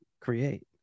create